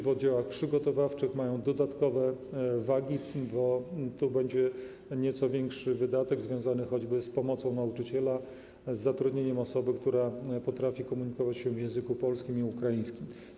W oddziałach przygotowawczych mają one dodatkowe wagi, bo to będzie nieco większy wydatek związany choćby z pomocą nauczyciela, z zatrudnieniem osoby, która potrafi komunikować się w językach polskim i ukraińskim.